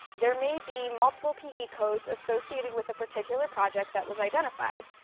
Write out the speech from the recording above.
there may be multiple pe codes associated with a particular project that was identified.